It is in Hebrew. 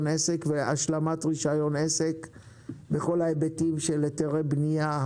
עסק והשלמת רישיון עסק בכל ההיבטים של היתרי בנייה,